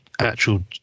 actual